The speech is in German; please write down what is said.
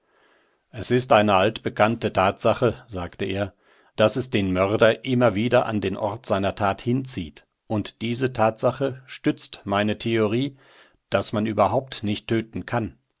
es ist eine altbekannte tatsache sagte er daß es den mörder immer wieder an den ort seiner tat hinzieht und diese tatsache stützt meine theorie daß man überhaupt nicht töten kann